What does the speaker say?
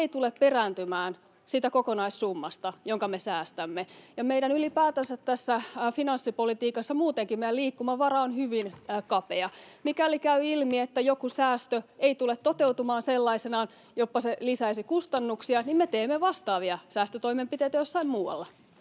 ei tule perääntymään siitä kokonaissummasta, jonka me säästämme. Ylipäätänsä finanssipolitiikassa muutenkin meidän liikkumavaramme on hyvin kapea. Mikäli käy ilmi, että joku säästö ei tule toteutumaan sellaisenaan ja se jopa lisäisi kustannuksia, niin me teemme vastaavia säästötoimenpiteitä jossain muualla.